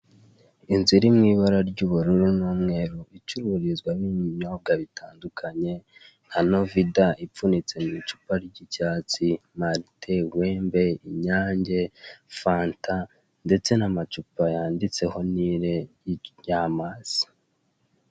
Inzu iri mu ibara ry'ubururu n'umweru icururizwamo ibinyobwa bitandukanye nka novida ipfunitse mu icupa ry'icyatsi, marite, wembe, inyange, fanta ndetse n'amacupa yanditseho nile y'amazi.